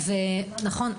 נכון.